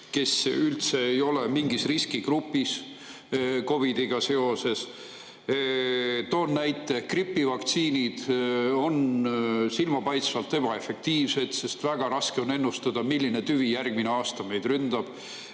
kes üldse ei ole mingis riskigrupis COVID-i puhul. Toon näite: gripivaktsiinid on silmapaistvalt ebaefektiivsed, sest väga raske on ennustada, milline tüvi järgmine aasta meid ründab.